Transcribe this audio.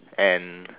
and